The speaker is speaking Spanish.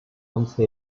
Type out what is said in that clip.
once